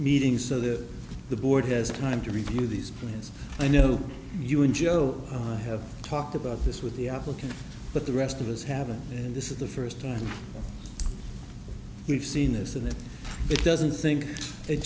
meeting so the the board has a time to review these plans i know you and joe have talked about this with the applicant but the rest of us haven't and this is the first time we've seen this in that it doesn't think it